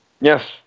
Yes